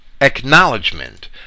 acknowledgement